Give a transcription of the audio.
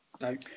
No